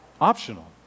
optional